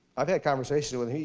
i've had conversations with him.